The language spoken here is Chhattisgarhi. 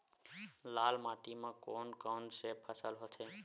लाल माटी म कोन कौन से फसल होथे?